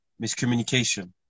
miscommunication